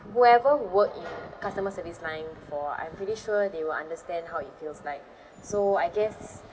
whoever worked in customer service line before I'm pretty sure they will understand how it feels like so I guess